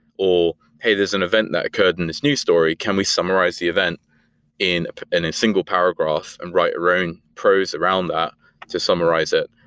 or, hey, there's an event that occurred in this new story. can we summarize the event in a single paragraph and write our own prose around that to summarize it?